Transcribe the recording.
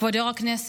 כבוד יו"ר הישיבה,